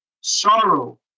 sorrow